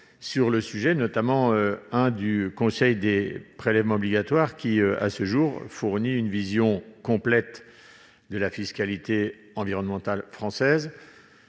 sur le sujet, notamment celui du Conseil des prélèvements obligatoires, qui, à ce jour, fournit une vision complète de la fiscalité environnementale française.